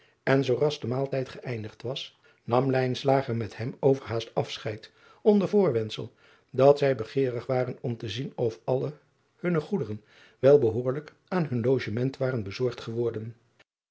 en zooras de maaltijd geëindigd was nam met hem overhaast afscheid onder voorwendsel dat zij begeerig waren om te zien of alle hunne goederen wel behoorlijk aan hun logement waren bezorgd geworden